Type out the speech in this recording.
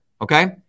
okay